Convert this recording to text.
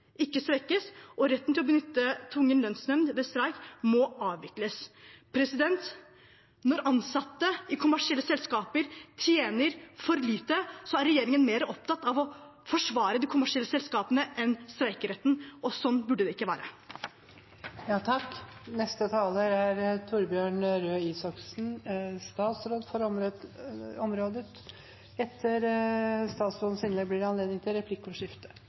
ikke svekkes. Og retten til å benytte tvungen lønnsnemnd ved streik må avvikles. Når ansatte i kommersielle selskaper tjener for lite, er regjeringen mer opptatt av å forsvare de kommersielle selskapene enn streikeretten. Sånn burde det ikke være. Det er ingen som ønsker å ha saker om tvungen lønnsnemnd. Hver gang det skjer, blir det